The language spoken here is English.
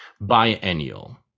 Biennial